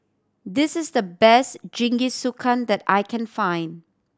this is the best Jingisukan that I can find